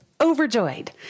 overjoyed